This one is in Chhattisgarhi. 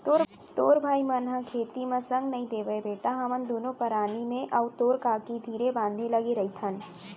तोर भाई मन ह खेती म संग नइ देवयँ बेटा हमन दुनों परानी मैं अउ तोर काकी धीरे बांधे लगे रइथन